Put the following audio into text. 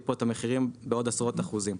פה את המחירים בעוד עשרות אחוזים.